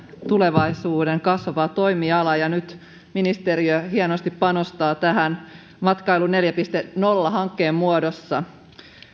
tulevaisuuden kasvava toimiala ja nyt ministeriö hienosti panostaa tähän matkailu neljä piste nolla hankkeen muodossa